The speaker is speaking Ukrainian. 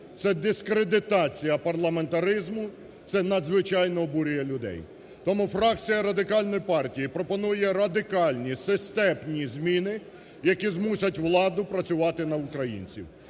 це дискредитація парламентаризму, це надзвичайно обурює людей. Тому фракція Радикальної партії пропонує радикальні системні зміни, які змусять владу працювати на українців.